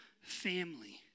family